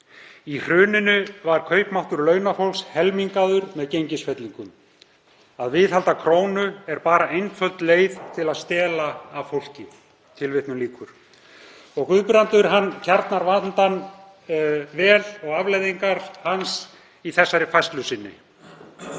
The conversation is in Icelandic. Í hruninu var kaupmáttur launafólks helmingaður með gengisfellingum. Að viðhalda krónu er bara einföld leið til að stela af fólki.“ Guðbrandur kjarnar vandann vel og afleiðingar hans í þessari færslu sinni.